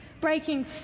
breaking